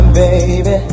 baby